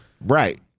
right